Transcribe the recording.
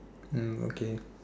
mm okay